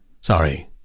Sorry